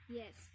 yes